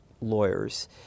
lawyers